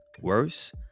worse